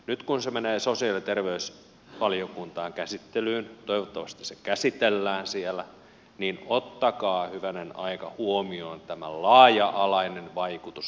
nyt kun se menee sosiaali ja terveysvaliokuntaan käsittelyyn toivottavasti se käsitellään siellä niin ottakaa hyvänen aika huomioon tämä laaja alainen vaikutus mikä tällä on